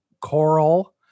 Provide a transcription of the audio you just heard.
coral